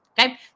Okay